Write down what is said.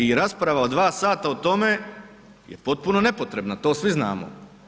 I rasprava od 2 sata o tome je potpuno nepotrebna to svi znamo.